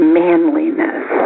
manliness